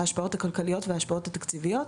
ההשפעות הכלכליות וההשפעות התקציביות,